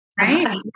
right